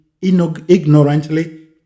ignorantly